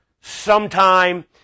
sometime